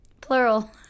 Plural